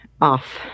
off